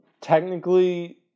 Technically